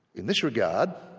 in this regard